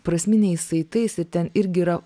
prasminiais saitais ir ten irgi yra